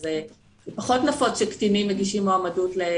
זה פחות נפוץ שקטינים מגישים מועמדות.